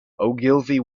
ogilvy